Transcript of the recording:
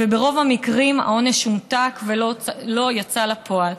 כמובן, וברוב המקרים העונש הומתק ולא יצא לפועל.